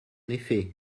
effet